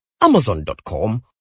amazon.com